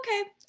okay